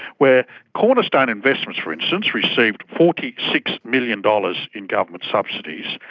where cornerstone investments, for instance, received forty six million dollars in government subsidies.